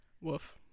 Woof